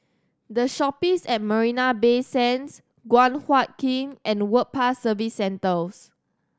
The Shoppes at Marina Bay Sands Guan Huat Kiln and Work Pass Service Centres